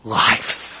life